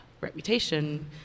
reputation